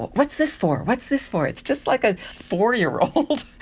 but what's this for, what's this for? it's just like a four-year-old.